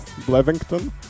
Blevington